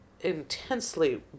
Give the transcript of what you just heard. intensely